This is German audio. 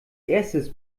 erstes